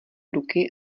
ruky